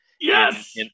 Yes